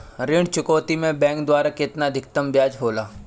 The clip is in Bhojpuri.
ऋण चुकौती में बैंक द्वारा केतना अधीक्तम ब्याज होला?